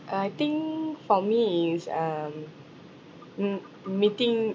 uh I think for me is um mm meeting